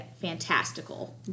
fantastical